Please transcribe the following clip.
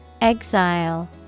Exile